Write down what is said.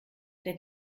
der